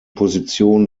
position